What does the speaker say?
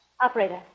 Operator